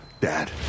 Dad